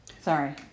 Sorry